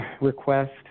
Request